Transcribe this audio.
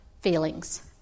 feelings